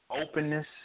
openness